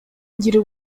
ngira